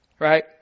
right